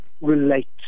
relate